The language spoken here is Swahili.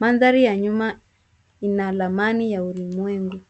Mandhari ya nyuma ina ramani ya ulimwengu.